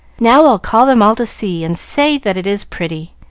now i'll call them all to see, and say that it is pretty.